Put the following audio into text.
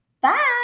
Bye